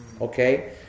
okay